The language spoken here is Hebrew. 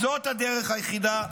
זאת הדרך היחידה.